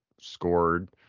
scored